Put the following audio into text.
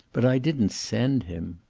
but i didn't send him.